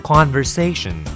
Conversation